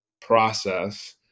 process